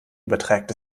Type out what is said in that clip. überträgt